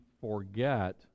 forget